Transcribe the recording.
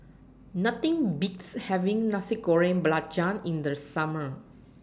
Nothing Beats having Nasi Goreng Belacan in The Summer